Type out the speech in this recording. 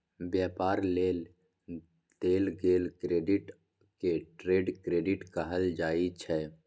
व्यापार लेल देल गेल क्रेडिट के ट्रेड क्रेडिट कहल जाइ छै